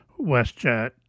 WestJet